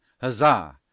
Huzzah